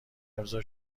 امضا